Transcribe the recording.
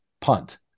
punt